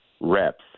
reps